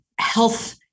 health